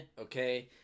okay